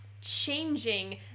changing